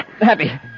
Happy